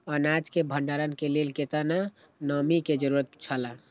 अनाज के भण्डार के लेल केतना नमि के जरूरत छला?